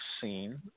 seen